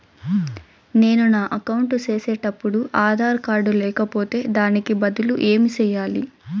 నేను నా అకౌంట్ సేసేటప్పుడు ఆధార్ కార్డు లేకపోతే దానికి బదులు ఏమి సెయ్యాలి?